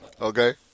Okay